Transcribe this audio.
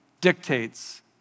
dictates